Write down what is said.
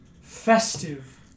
festive